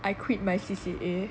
I quit my C_C_A